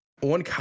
One